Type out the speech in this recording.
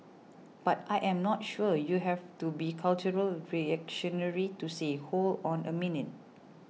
but I am not sure you have to be a cultural reactionary to say Hold on a minute